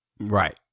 Right